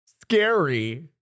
scary